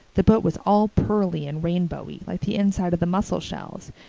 the boat was all pearly and rainbowy, like the inside of the mussel shells,